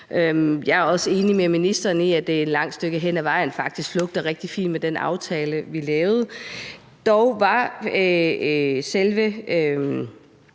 faktisk også enig med ministeren i, at det et langt stykke hen ad vejen flugter rigtig fint med den aftale, vi lavede. Dog var selve